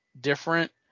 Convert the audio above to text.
different